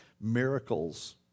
Miracles